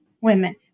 women